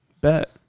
Bet